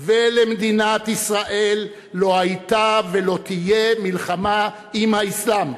ולמדינת ישראל לא הייתה ולא תהיה מלחמה עם האסלאם.